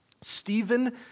Stephen